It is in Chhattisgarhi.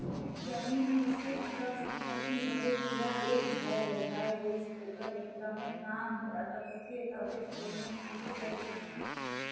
जमीन अइसे अचल संपत्ति हवे जेहर एक धाएर लेहाए गइस तेकर एकदमे काम हर अटकथे तबेच कोनो मइनसे हर बेंचथे